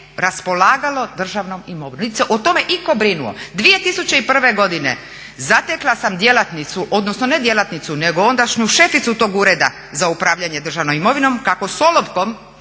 raspolagalo državnom imovinom niti se o tome itko brinuo. 2001. godine zatekla sam djelatnicu, odnosno ne djelatnicu nego ondašnju šeficu tog Ureda za upravljanje državnom imovinom kako s olovkom